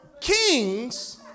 kings